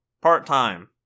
part-time